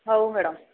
ହଉ ମ୍ୟାଡ଼ାମ୍